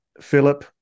Philip